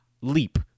leap